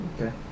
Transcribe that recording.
Okay